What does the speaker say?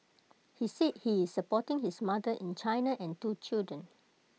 he said he is supporting his mother in China and two children